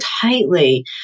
tightly